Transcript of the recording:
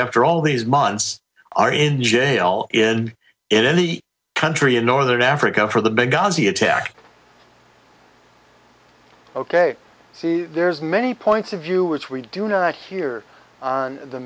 after all these months are in jail in in the country in northern africa for the big guns the attack ok so there's many points of view which we do not hear on the